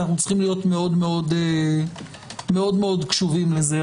אנו צריכים להיות מאוד-מאוד קשובים לזה.